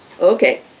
Okay